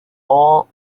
all